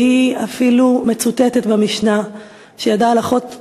והיא אפילו מצוטטת במשנה שידעה הלכות רבות,